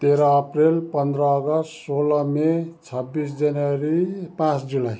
तेह्र अप्रिल पन्ध्र अगस्त सोह्र मई छब्बिस जनवरी पाँच जुलाई